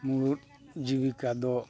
ᱢᱩᱲᱩᱫ ᱡᱤᱵᱤᱠᱟ ᱫᱚ